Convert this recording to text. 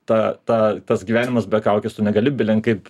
tą tą tas gyvenimas be kaukės tu negali bilen kaip